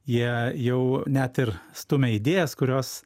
jie jau net ir stumia idėjas kurios